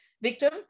victim